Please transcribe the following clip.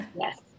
Yes